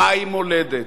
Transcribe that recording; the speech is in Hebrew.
מהי מולדת.